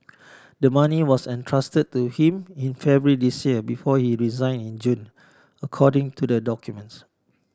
the money was entrusted to him in February this year before he resign in June according to the documents